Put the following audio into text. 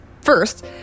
First